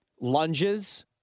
lunges